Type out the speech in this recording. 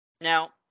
Now